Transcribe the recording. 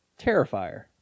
Terrifier